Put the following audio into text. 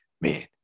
man